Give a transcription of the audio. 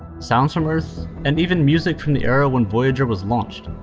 sounds from earth, and even music from the era when voyager was launched.